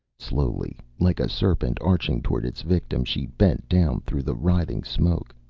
slowly, like a serpent arching toward its victim, she bent down through the writhing smoke,